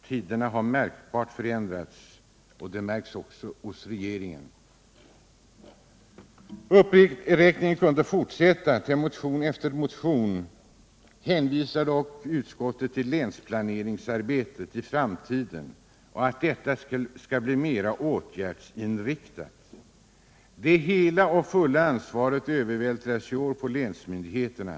Tiderna har förändrats, och det märks också hos regeringen. Uppräkningen kunde fortsätta. Beträffande motion efter motion hänvisar utskottet till att länsplaneringsarbetet i framtiden skall bli mera åtgärdsinriktat. Det fulla ansvaret övervältras i år på länsmyndigheterna.